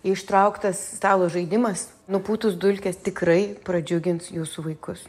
ištrauktas stalo žaidimas nupūtus dulkes tikrai pradžiugins jūsų vaikus